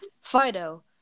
Fido